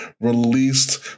released